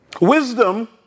Wisdom